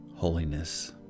Holiness